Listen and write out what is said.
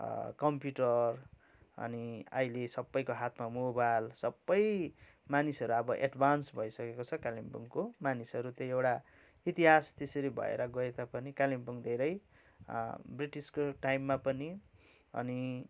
computer अनि अहिले सबैको हातमा मोबाइल सबै मानिसहरू अब एडभान्स भइसकेको छ कालिम्पोङको मानिसहरू त्यो एउटा इतिहास त्यसरी भएर गएता पनि कालिम्पोङ धेरै ब्रिटिसको टाइममा पनि अनि